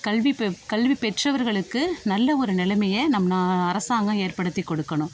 கல்வி பெ கல்வி பெற்றவர்களுக்கு நல்ல ஒரு நிலமைய நம்ம அரசாங்கம் ஏற்படுத்தி கொடுக்கணும்